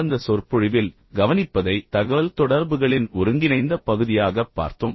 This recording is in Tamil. கடந்த சொற்பொழிவில் கவனிப்பதை தகவல்தொடர்புகளின் ஒருங்கிணைந்த பகுதியாகப் பார்த்தோம்